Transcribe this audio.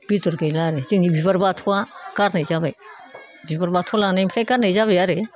बेदर गैला आरो जोंनि बिबार बाथौआ गारनाय जाबाय बिबार बाथौ लानायनिफ्राय गारनाय जाबाय आरो